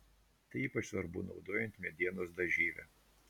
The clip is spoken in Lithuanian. tai ypač svarbu naudojant medienos dažyvę